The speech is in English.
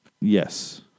Yes